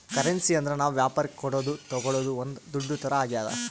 currency ಅಂದ್ರ ನಾವ್ ವ್ಯಾಪರಕ್ ಕೊಡೋದು ತಾಗೊಳೋದು ಒಂದ್ ದುಡ್ಡು ತರ ಆಗ್ಯಾದ